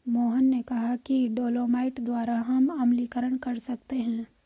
मोहन ने कहा कि डोलोमाइट द्वारा हम अम्लीकरण कर सकते हैं